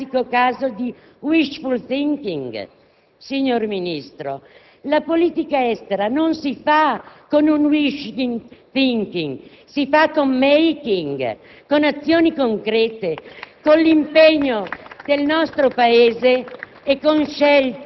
Mi dispiace deluderli, il loro è un classico caso di *wishful thinking.* È un'interpretazione arbitraria. Io non solo non ho mai detto, ma non ho neanche mai pensato che l'Italia debba ritirare i suoi soldati da Kabul».